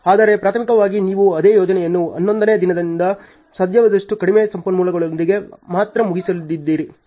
ಆದರೆ ಪ್ರಾಥಮಿಕವಾಗಿ ನೀವು ಅದೇ ಯೋಜನೆಯನ್ನು ಹನ್ನೊಂದನೇ ದಿನದಲ್ಲಿ ಸಾಧ್ಯವಾದಷ್ಟು ಕಡಿಮೆ ಸಂಪನ್ಮೂಲಗಳೊಂದಿಗೆ ಮಾತ್ರ ಮುಗಿಸಲಿದ್ದೀರಿ